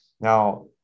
now